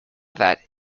that